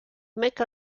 make